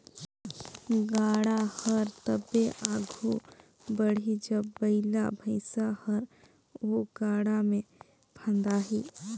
गाड़ा हर तबे आघु बढ़ही जब बइला भइसा हर ओ गाड़ा मे फदाही